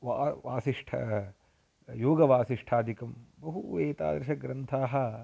वा वासिष्ठं योगवासिष्ठादिकं बहु एतादृशग्रन्थाः